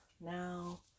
now